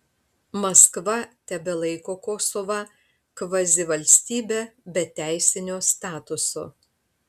maskva tebelaiko kosovą kvazivalstybe be teisinio statuso